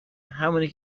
همونی